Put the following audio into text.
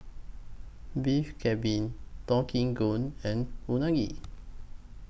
Beef Galbi Deodeok Gui and Unagi